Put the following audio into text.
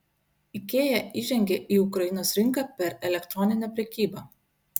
ikea įžengė į ukrainos rinką per elektroninę prekybą